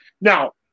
Now